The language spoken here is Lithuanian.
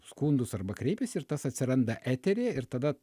skundus arba kreipiasi ir tas atsiranda eteryje ir tada